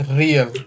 real